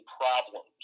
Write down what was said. problems